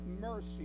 mercy